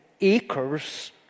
acres